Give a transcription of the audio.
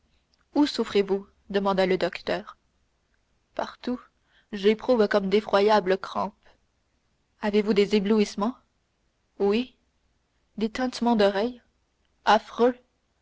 où souffrez-vous demanda le docteur partout j'éprouve comme d'effroyables crampes avez-vous des éblouissements oui des tintements d'oreille affreux